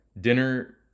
dinner